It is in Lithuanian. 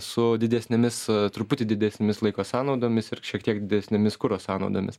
su didesnėmis truputį didesnėmis laiko sąnaudomis ir šiek tiek didesnėmis kuro sąnaudomis